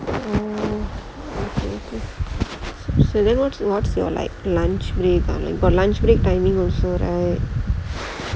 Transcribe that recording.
oh then what's what's your like lunch break for lunch break timing also right